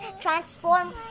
transform